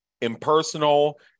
impersonal